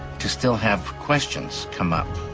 to still have questions come up.